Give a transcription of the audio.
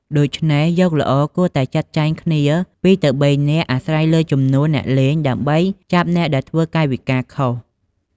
ដូច្នេះ យកល្អ គួរតែចាត់ចែងគ្នា ២ ទៅ ៣ នាក់អាស្រ័យលើចំនួនអ្នកលេង ដើម្បីចាប់អ្នកដែលធ្វើកាយវិការខុស។